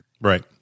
Right